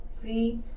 free